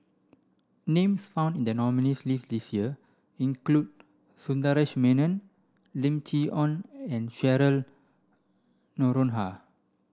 names found in the nominees' list this year include Sundaresh Menon Lim Chee Onn and Cheryl Noronha